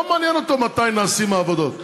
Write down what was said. לא מעניין אותו מתי העבודות נעשות,